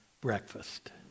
breakfast